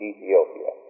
Ethiopia